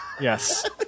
Yes